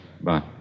Bye